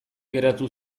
geratu